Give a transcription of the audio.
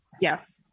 Yes